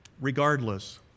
regardless